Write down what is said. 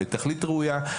לתכלית ראויה,